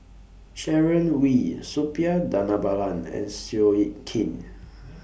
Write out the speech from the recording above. Sharon Wee Suppiah Dhanabalan and Seow Yit Kin